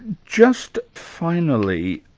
just finally,